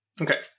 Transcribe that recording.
Okay